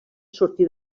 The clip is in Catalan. sortir